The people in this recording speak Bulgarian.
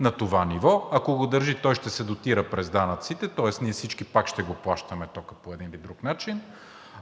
на това ниво. Ако го държи, той ще се дотира през данъците, тоест ние всички пак ще плащаме тока по един или друг начин,